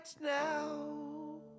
now